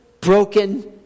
broken